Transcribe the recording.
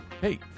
Hey